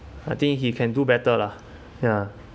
I think he can do better lah ya